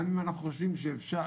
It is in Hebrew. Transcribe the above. גם אם אנחנו חושבים שצריך,